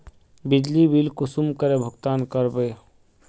बिजली बिल कुंसम करे भुगतान कर बो?